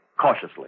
Cautiously